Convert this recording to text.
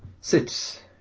sits